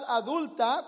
adulta